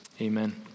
Amen